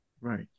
right